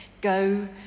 go